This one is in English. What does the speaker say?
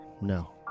No